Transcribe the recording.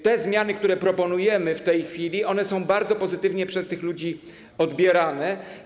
Te zmiany, które proponujemy w tej chwili, są bardzo pozytywnie przez tych ludzi odbierane.